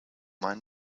mine